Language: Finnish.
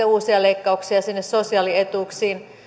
uusia leikkauksia sinne sosiaalietuuksiin